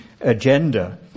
agenda